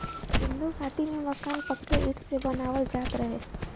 सिन्धु घाटी में मकान पक्के इटा से बनावल जात रहे